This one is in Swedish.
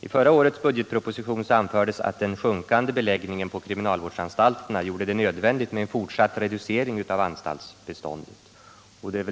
I förra årets budgetproposition anfördes att den sjunkande beläggningen på kriminalvårdsanstalterna gjorde det nödvändigt med en fortsatt reducering av anstaltsbeståndet.